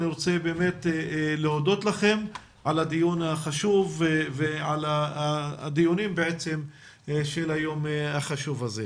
אני רוצה להודות לכם על הדיון החשוב ועל הדיונים של היום החשוב הזה.